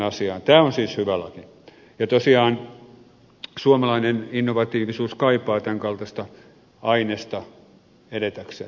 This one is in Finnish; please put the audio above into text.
tämä on siis hyvä laki ja tosiaan suomalainen innovatiivisuus kaipaa tämänkaltaista ainesta edetäkseen